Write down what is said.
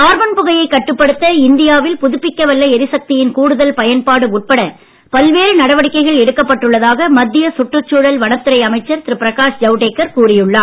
carbon புகையைக் கட்டுப்படுத்த இந்தியாவில் புதுப்பிக்க வல்ல ளரிசக்தியின் கூடுதல் பயன்பாடு உட்பட பல்வேறு நடவடிக்கைகள் எடுக்கப்பட்டுள்ளதாக மத்திய சுற்றுச்சூழல் வனத்துறை அமைச்சர் திரு பிரகாஷ் ஜவடேகர் கூறி உள்ளார்